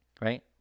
right